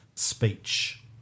speech